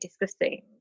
discussing